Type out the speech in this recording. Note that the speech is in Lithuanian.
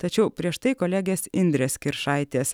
tačiau prieš tai kolegės indrės kiršaitės